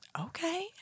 Okay